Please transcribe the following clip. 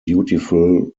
beautiful